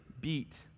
beat